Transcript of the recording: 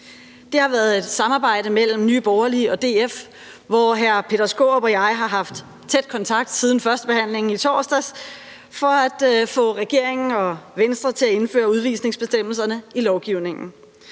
Det har været et samarbejde mellem Nye Borgerlige og DF, hvor hr. Peter Skaarup og jeg har haft tæt kontakt siden førstebehandlingen i torsdags for at få regeringen og Venstre til at indføre udvisningsbestemmelserne i lovgivningen.